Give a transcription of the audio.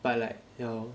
but like ya